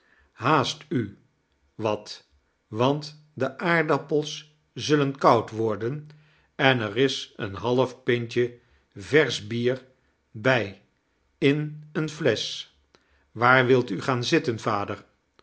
haast u wat want de aardappels zullen koud worden en er is een half pintje versch bier bij in eene flesch waar wilt u gaan zitten vader